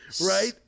Right